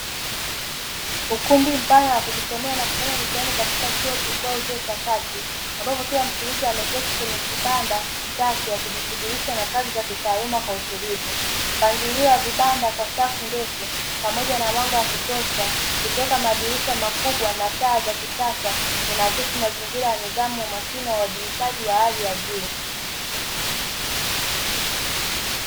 Ukumbi mpana wa kujisomea na kufanya mitihani katika chuo kikuu au chuo cha kati ambapo kila mshiriki ameketi kwenye kibanda chake. akijishughulisha na kazi za kitaaluma kwa utulivu. Mpangilio wa vibanda kwa safu ndefu pamoja na mwanga wa kutosha kutoka katika madirisha makubwa na taa za kisasa unaakisi mazingira ya nidhamu, umakini wa uwajibikaji wa hali ya juu.